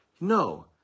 no